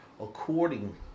according